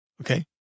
Okay